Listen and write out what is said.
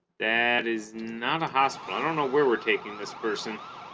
that is not a hospital i don't know where we're taking this person